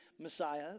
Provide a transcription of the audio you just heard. Messiah